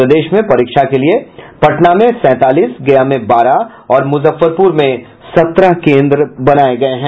प्रदेश में परीक्षा के लिये पटना में सैंतालीस गया में बारह और मुजफ्फरपुर में सत्रह केंद्र बनाये गये हैं